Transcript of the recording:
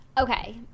Okay